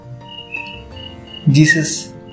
Jesus